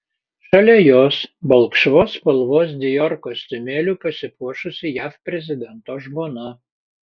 šalia jos balkšvos spalvos dior kostiumėliu pasipuošusi jav prezidento žmona